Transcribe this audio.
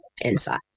inside